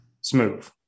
smooth